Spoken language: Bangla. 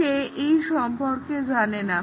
সে এই সম্পর্কে জেনে না